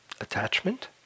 attachment